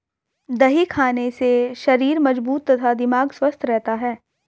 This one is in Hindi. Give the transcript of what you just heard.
दही खाने से शरीर मजबूत तथा दिमाग स्वस्थ रहता है